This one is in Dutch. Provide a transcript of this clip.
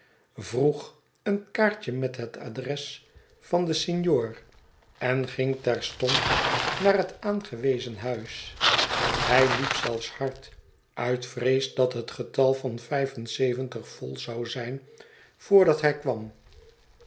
vroeg een kaartje met het adresvan den signor en ging terstond naar het aangewezen huis hij liep zelfs hard uit vrees dat het getal van vijf en zeventig vol zou zijn voordat hij kwam